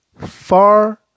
far